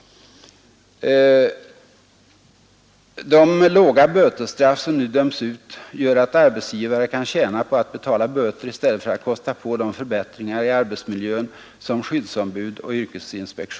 De låga bötesstraff som nu döms ut gör att Nr 139 arbetsgivare kan tjäna på att betala böter i stället för att kosta på de 12 december 1972 = kräver.